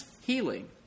healing